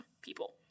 people